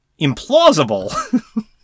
Implausible